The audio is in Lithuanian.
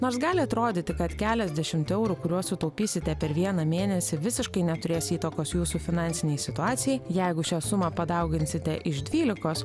nors gali atrodyti kad keliasdešimt eurų kuriuos sutaupysite per vieną mėnesį visiškai neturės įtakos jūsų finansinei situacijai jeigu šią sumą padauginsite iš dvylikos